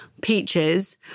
Peaches